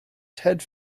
ted